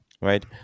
right